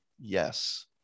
yes